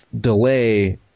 delay